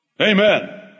Amen